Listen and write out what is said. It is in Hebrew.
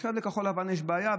ועכשיו לכחול לבן יש בעיה,